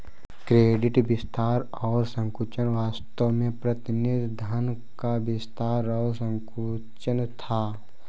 credit विस्तार और संकुचन वास्तव में प्रतिनिधि धन का विस्तार और संकुचन था